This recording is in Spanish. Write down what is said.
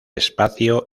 espacio